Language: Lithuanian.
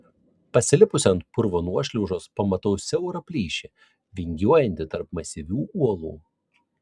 pasilipusi ant purvo nuošliaužos pamatau siaurą plyšį vingiuojantį tarp masyvių uolų